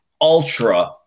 ultra